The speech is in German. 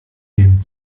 dem